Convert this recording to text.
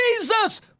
Jesus